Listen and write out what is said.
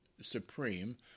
supreme